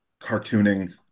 cartooning